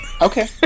Okay